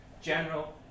general